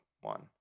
one